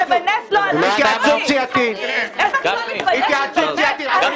את לא מקשיבה.